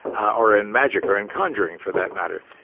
ah or in magic or in conjuring for that matter,